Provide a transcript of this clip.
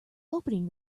opening